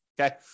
Okay